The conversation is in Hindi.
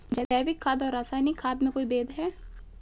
जैविक खाद और रासायनिक खाद में कोई भेद है?